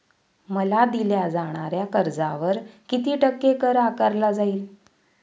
मला दिल्या जाणाऱ्या कर्जावर किती टक्के कर आकारला जाईल?